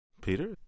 Peter